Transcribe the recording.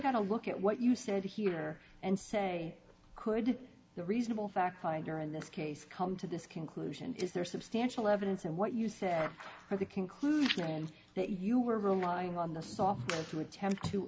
to look at what you said here and say could the reasonable fact finder in this case come to this conclusion is there substantial evidence and what you say for the conclusion that you were lying on the software from attempt to